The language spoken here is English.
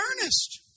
earnest